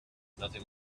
nothing